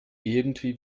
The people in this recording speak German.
irgendwie